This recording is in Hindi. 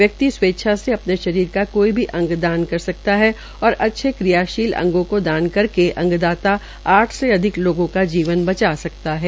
व्यक्ति स्वेच्छा से अपने शरीर का कोई भी अंग दान कर सकता है और अच्छे क्रियाशील अंगों का दान करके अंगदाता आठ से अधिक लोगों का जीवन बचा सकता है